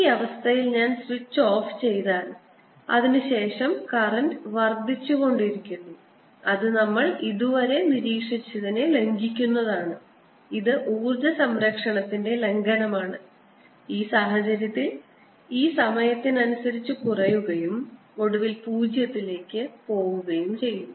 ഈ അവസ്ഥയിൽ ഞാൻ സ്വിച്ച് ഓഫ് ചെയ്താൽ അതിനുശേഷം കറന്റ് വർദ്ധിച്ചുകൊണ്ടിരിക്കുന്നു അത് നമ്മൾ ഇതുവരെ നിരീക്ഷിച്ചതിനെ ലംഘിക്കുന്നതാണ് ഇത് ഊർജ്ജ സംരക്ഷണത്തിന്റെ ലംഘനമാണ് ഈ സാഹചര്യത്തിൽ ഇത് സമയത്തിനനുസരിച്ച് കുറയുകയും ഒടുവിൽ പൂജ്യത്തിലേക്ക് പോകുകയും ചെയ്യുന്നു